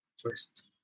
first